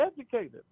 educated